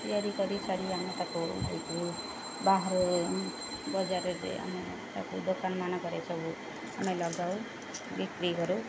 ତିଆରି କରି ସାରି ଆମ ତାକୁ ବାହାରେ ବଜାରରେ ଆମେ ତାକୁ ଦୋକାନ ମାନଙ୍କରେ ସବୁ ଆମେ ଲଗାଉ ବିକ୍ରି କରୁ